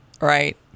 right